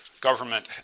government